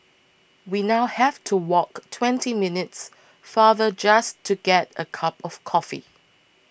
we now have to walk twenty minutes farther just to get a cup of coffee